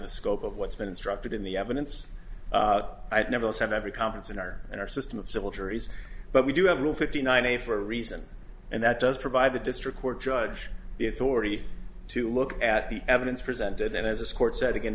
the scope of what's been instructed in the evidence i've never said every conference in our in our system of civil juries but we do have a rule fifty nine a for a reason and that does provide the district court judge the authority to look at the evidence presented and as this court said again